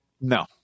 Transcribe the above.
No